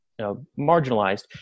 marginalized